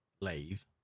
leave